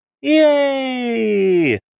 Yay